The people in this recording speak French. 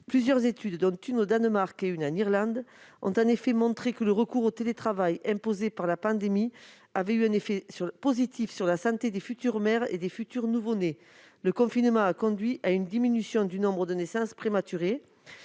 Plusieurs études, dont une menée au Danemark et une autre en Irlande, ont en effet montré que le recours au télétravail imposé par la pandémie avait eu un effet positif sur la santé des futures mères et des futurs nouveau-nés. Le confinement a conduit à une diminution du nombre de naissances prématurées.